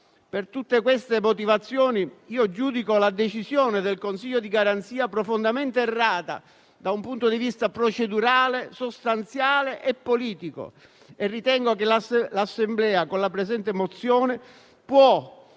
Per tutte queste motivazioni, giudico la decisione del Consiglio di Garanzia profondamente errata da un punto di vista procedurale, sostanziale e politico e ritengo che l'Assemblea, con la presente mozione,